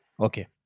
Okay